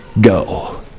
go